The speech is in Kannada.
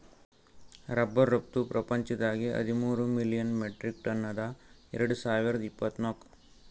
ರಬ್ಬರ್ ರಫ್ತು ಪ್ರಪಂಚದಾಗೆ ಹದಿಮೂರ್ ಮಿಲಿಯನ್ ಮೆಟ್ರಿಕ್ ಟನ್ ಅದ ಎರಡು ಸಾವಿರ್ದ ಇಪ್ಪತ್ತುಕ್